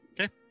Okay